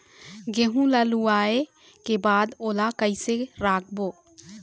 गेहूं ला लुवाऐ के बाद ओला कइसे राखबो?